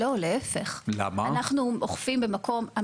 לא, להיפך, אנחנו אוכפים במקום --- למה?